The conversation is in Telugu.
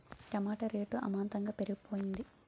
టమాట రేటు అమాంతంగా పెరిగిపోయింది